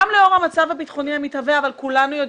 גם לאור המצב הביטחוני המתהווה אבל גם כי כולנו יודעים,